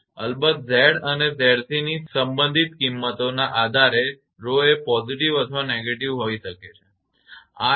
અલબત્ત Z અને 𝑍𝑐 ની સંબંધિત કિંમતોના આધારે 𝜌 એ positive અથવા negative હોઈ શકે છે આ એક